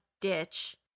ditch